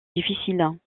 difficiles